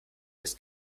ist